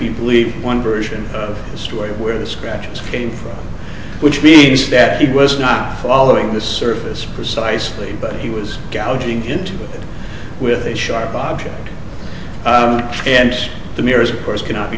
you believe one version of the story where the scratches came from which means that he was not following the surface precisely but he was galloping into it with a sharp object and the mirrors of course cannot be